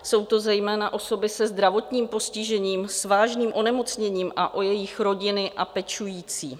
Jsou to zejména osoby se zdravotním postižením, s vážným onemocněním a o jejich rodiny a pečující.